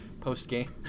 Post-game